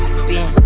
spin